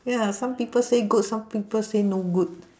ya some people say good some people say no good